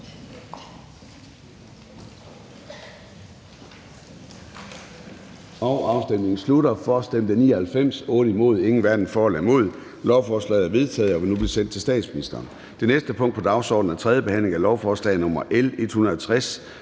og afstemningen starter. Afstemningen slutter. For stemte 94 Lovforslaget er vedtaget og vil nu blive sendt til statsministeren. --- Det næste punkt på dagsordenen er: 21) 3. behandling af lovforslag nr.